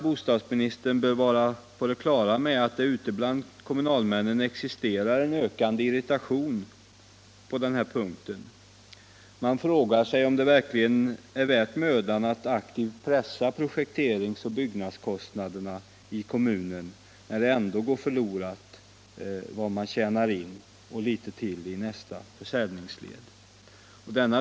Bostadsministern bör vara på det klara med att det ute bland kommunalmännen existerar en ökande irritation på den här punkten. Man frågar sig om det verkligen är värt mödan att aktivt pressa projekteringsoch byggnadskostnaderna i kommunen när det man tjänar in — och litet till — ändå går förlorat i nästa försäljningsled.